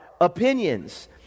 opinions